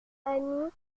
amie